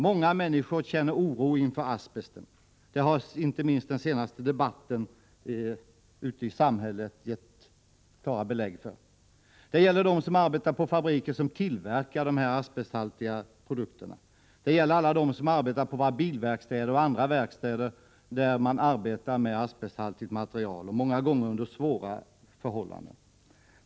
Många människor känner oro inför asbesten — det har inte minst den senaste debatten ute i samhället gett klara belägg för. Det gäller dem som arbetar på fabriker som tillverkar dessa asbesthaltiga produkter, och det gäller alla dem som arbetar på bilverkstäder och andra verkstäder där man använder asbesthaltigt material, många gånger under svåra förhållanden.